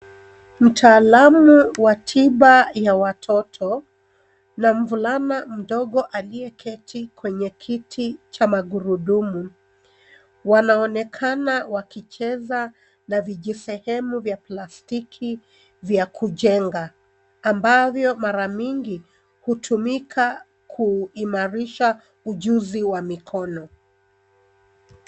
Mtaalamu wa tiba ya watoto na mvulana mdogo aliyeketi kwenye kiti cha magurudumu wanaonekana wakicheza na vijisehemu vya plastiki vya kujenga ambavyo mara mingi hutumika kuimarisha ujuzi wa mikono.